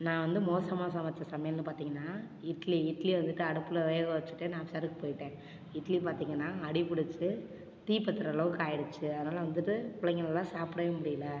நான் வந்து மோசமாக சமைத்த சமையல்னு பார்த்திங்கன்னா இட்லி இட்லியை வந்துட்டு அடுப்பில் வேக வச்சுட்டு நான் பேசட்டுக்கு போயிட்டேன் இட்லி பார்த்திங்கன்னா அடிபுடுச்சு தீப்பத்துறளவுக்கு ஆகிடுச்சி அதனால் வந்துட்டு பிள்ளங்களால சாப்பிடவே முடியல